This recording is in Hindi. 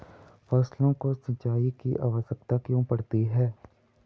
फसलों को सिंचाई की आवश्यकता क्यों पड़ती है?